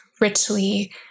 richly